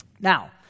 Now